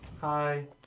Hi